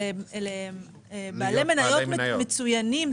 בעלי מניות מצוינים.